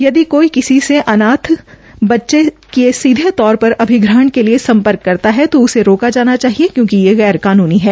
यदि कोई किसी से अनाथ बच्चे के सीधे तौर पर अभिग्रहण के लिए सम्पर्क करता है तो उसे रोका जाना चाहिए क्यूंकि ये गैर कानूनी है